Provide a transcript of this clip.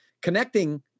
connecting